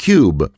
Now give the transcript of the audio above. Cube